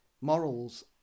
Morals